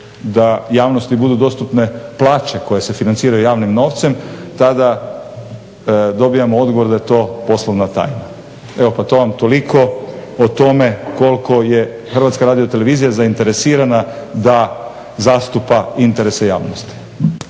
da javnosti budu dostupne plaće koje se financiraju javnim novcem tada dobijamo odgovor da je to poslovna tajna. Evo pa to vam toliko o tome koliko je Hrvatska radiotelevizija zainteresirana da zastupa interese javnosti.